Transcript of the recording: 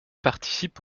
participent